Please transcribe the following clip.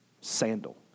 sandal